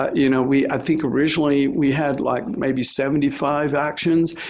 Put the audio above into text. ah you know, we i think originally, we had like maybe seventy five actions.